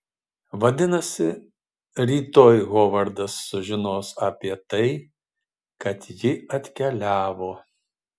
vadinasi rytoj hovardas sužinos apie tai kad ji atkeliavo